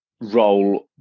role